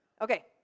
Okay